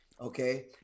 Okay